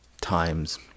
times